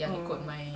oh